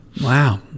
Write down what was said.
Wow